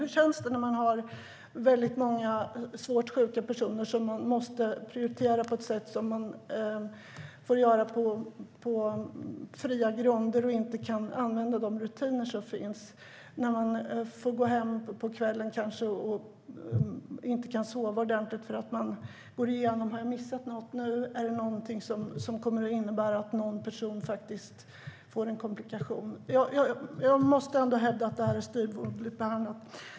Hur känns det när man har många svårt sjuka personer som man måste prioritera på fria grunder och inte kan använda de rutiner som finns, när man kanske får gå hem på kvällen och inte kan sova ordentligt därför att man går igenom om man har missat något och om det är något som kommer att innebära att någon person får en komplikation. Jag måste hävda att detta är styvmoderligt behandlat.